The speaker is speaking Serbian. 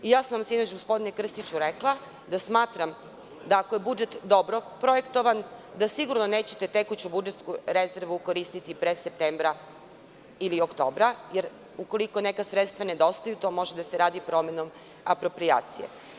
Sinoć sam, gospodine Krstiću, rekla da smatram da, ako je budžet dobro projektovan, sigurno nećete tekuću budžetsku rezervu koristiti pre septembra ili oktobra, jer ukoliko neka sredstva nedostaju, to može da se radi promenom aproprijacije.